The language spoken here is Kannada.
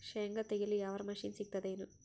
ಶೇಂಗಾ ತೆಗೆಯಲು ಯಾವರ ಮಷಿನ್ ಸಿಗತೆದೇನು?